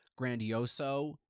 grandioso